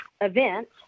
event